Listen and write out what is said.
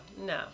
no